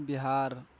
ِبہار